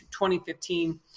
2015